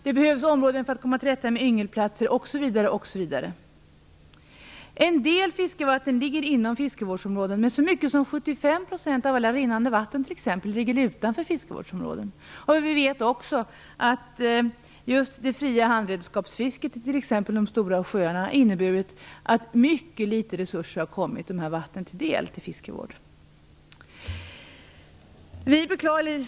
Det finns också områden där man behöver komma till rätta med yngelplatser osv. En del fiskevatten ligger inom fiskevårdsområden, men så mycket som 75 % av alla rinnande vatten ligger utanför fiskevårdsområden. Vi vet också att det fria handredskapsfisket i de stora sjöarna inneburit att mycket små resurser kommit fiskevården i dessa vatten till del.